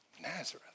Nazareth